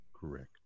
Correct